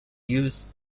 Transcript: used